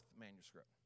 manuscript